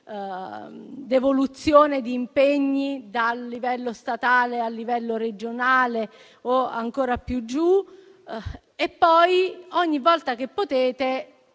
devoluzione di impegni dal livello statale a livello regionale o ancora più giù e, poi, ogni volta che possono